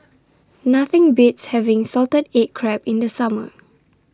Nothing Beats having Salted Egg Crab in The Summer